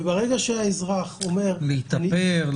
וברגע שהאזרח אומר --- להתאפר,